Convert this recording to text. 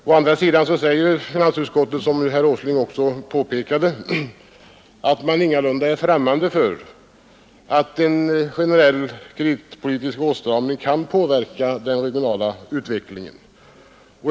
Å andra sidan säger finansutskottet, som herr Åsling också påpekade, att man ingalunda är främmande för att en generell kreditpolitisk åtstramning kan påverka den regionala utvecklingen.